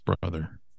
brother